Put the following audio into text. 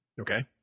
Okay